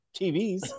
TVs